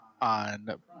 on